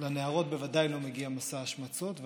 לנערות בוודאי לא מגיע מסע השמצות.